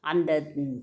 அந்த